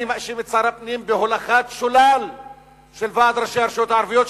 אני מאשים את שר הפנים בהולכת שולל של ועד ראשי הרשויות הערביות,